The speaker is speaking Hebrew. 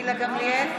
גילה גמליאל,